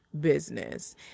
business